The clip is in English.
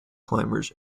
climbers